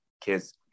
kids